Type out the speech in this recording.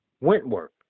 Wentworth